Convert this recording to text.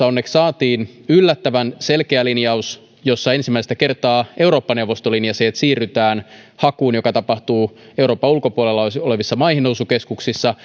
onneksi saatiin yllättävän selkeä linjaus jossa ensimmäistä kertaa eurooppa neuvosto linjasi että siirrytään hakuun joka tapahtuu euroopan ulkopuolella olevissa maihinnousukeskuksissa